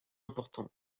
importants